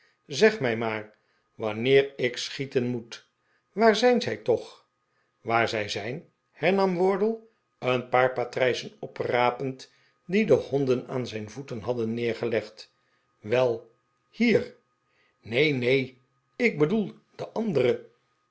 zeg mij maar wanneer ik schieten moet waar zijn zij toch waar zij zijn hernam wardle een paar patrijzen oprapend die de honden aan zijn voeten hadden neergelegd wel hier neen neen ik bedoel de andere